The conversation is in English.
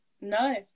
no